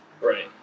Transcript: Right